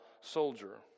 soldier